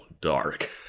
dark